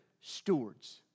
stewards